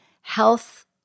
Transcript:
health